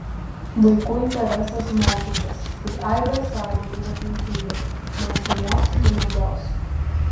vaikų interesas mokytis tai aibė sąlygų ir aplinkybių nuo šeimos iki mados